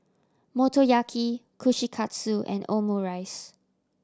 Motoyaki Kushikatsu and Omurice